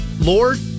Lord